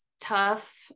tough